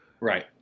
right